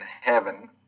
heaven